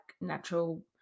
natural